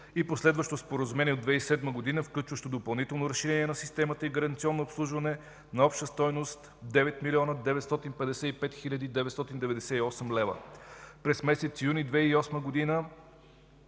и последващо споразумение от 2007 г., включващо допълнително разширение на системата и гаранционно обслужване на обща стойност 9 млн. 955 хил. 998 лв. През месец юни 2008 г.